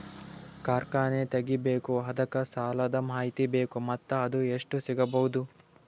ಕಾರ್ಖಾನೆ ತಗಿಬೇಕು ಅದಕ್ಕ ಸಾಲಾದ ಮಾಹಿತಿ ಬೇಕು ಮತ್ತ ಅದು ಎಷ್ಟು ಸಿಗಬಹುದು?